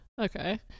Okay